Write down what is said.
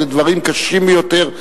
אלה דברים קשים ביותר,